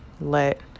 let